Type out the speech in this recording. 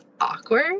awkward